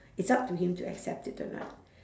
it's up to him to accept it or not